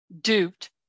duped